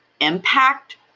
impact